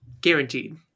Guaranteed